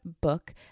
book